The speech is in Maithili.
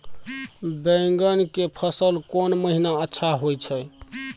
बैंगन के फसल कोन महिना अच्छा होय छै?